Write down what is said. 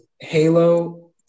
Halo